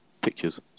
pictures